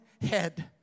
head